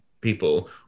people